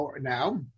now